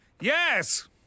Yes